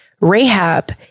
Rahab